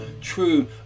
true